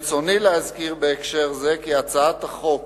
ברצוני להזכיר בהקשר זה כי הצעת החוק,